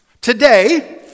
Today